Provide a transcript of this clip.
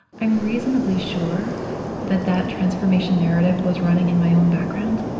i'm reasonably sure that that transformation narrative was running in my own background,